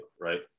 right